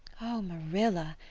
oh, marilla,